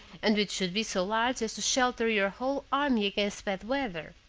and which should be so large as to shelter your whole army against bad weather?